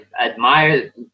admire